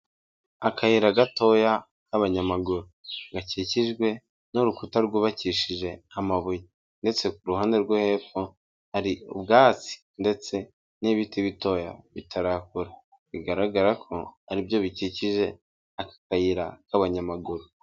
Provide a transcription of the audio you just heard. Akayira gatoya k'abanyamaguru, gakikijwe n'urukuta rwubakishije amabuye ndetse ku ruhande rwo hepfo hari ubwatsi ndetse n'ibiti bitoya bitarakura, bigaragara ko ari byo bikikije aka kayira k'abanyamaguru.